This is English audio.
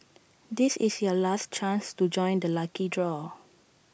this is your last chance to join the lucky draw